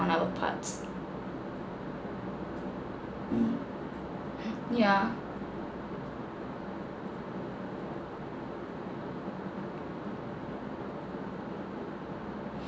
on our parts mm yeah